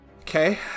Okay